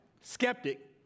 Skeptic